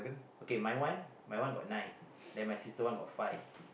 okay my one my one got nine then my sister one got five